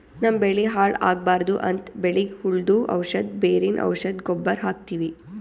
ನಮ್ಮ್ ಬೆಳಿ ಹಾಳ್ ಆಗ್ಬಾರ್ದು ಅಂತ್ ಬೆಳಿಗ್ ಹುಳ್ದು ಔಷಧ್, ಬೇರಿನ್ ಔಷಧ್, ಗೊಬ್ಬರ್ ಹಾಕ್ತಿವಿ